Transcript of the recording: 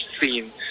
scene